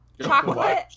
Chocolate